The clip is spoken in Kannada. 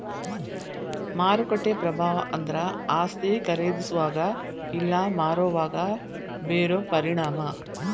ಮಾರುಕಟ್ಟೆ ಪ್ರಭಾವ ಅಂದ್ರ ಆಸ್ತಿ ಖರೇದಿಸೋವಾಗ ಇಲ್ಲಾ ಮಾರೋವಾಗ ಬೇರೋ ಪರಿಣಾಮ